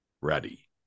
ready